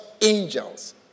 angels